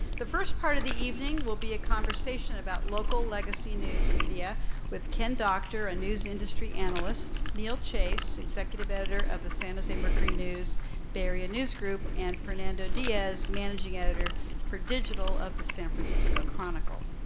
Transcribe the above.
the first part of the evening will be a conversation about local legacy news media with ken doctor, a news industry analyst, neil chase, executive editor of the san jose mercury news bay area newsgroup and fernando diaz, managing editor for digital of the san francisco chronicle.